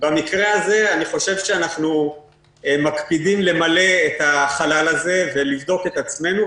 במקרה הזה אני חושב שאנחנו מקפידים למלא את החלל הזה ולבדוק את עצמנו,